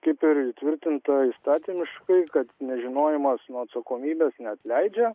kaip ir įtvirtinta įstatymiškai kad nežinojimas nuo atsakomybės neatleidžia